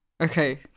Okay